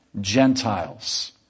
Gentiles